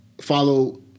follow